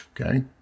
okay